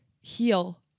heal